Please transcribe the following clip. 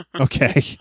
Okay